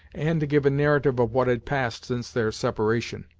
and to give a narrative of what had passed since their separation.